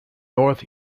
north